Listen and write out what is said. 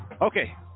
okay